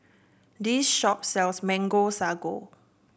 this shop sells Mango Sago